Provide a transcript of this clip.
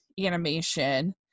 animation